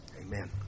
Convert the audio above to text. Amen